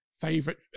favorite